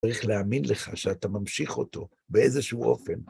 צריך להאמין לך שאתה ממשיך אותו באיזשהו אופן.